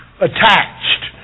attached